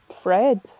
Fred